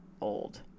old